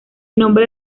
nombre